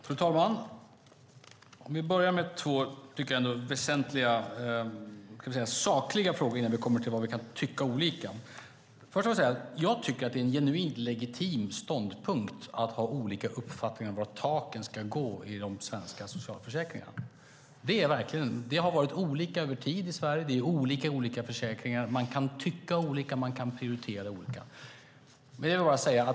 Fru talman! Jag börjar med två väsentliga sakliga frågor innan jag kommer till det vi kan tycka olika om. Först vill jag säga att jag tycker att det är en genuint legitim ståndpunkt att ha olika uppfattningar om var taken ska ligga i de svenska socialförsäkringarna. Det har varit olika över tid i Sverige. Det är olika i olika försäkringar. Man kan tycka olika, och man kan prioritera olika.